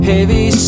Heavy